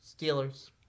Steelers